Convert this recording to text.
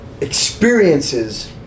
experiences